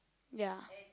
ya